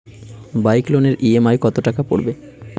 Bike লোনের EMI কত টাকা পড়বে?